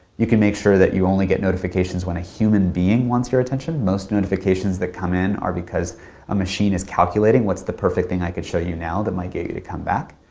you can make sure that you only get notifications when a human being wants your attention. most notifications that come in are because a machine is calculating, what's the perfect thing i could show you now that might get you to come back,